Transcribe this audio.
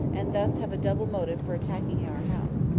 and thus have a double motive for attacking our house.